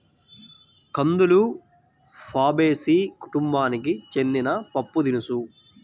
కందులు ఫాబేసి కుటుంబానికి చెందిన పప్పుదినుసు